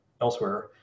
elsewhere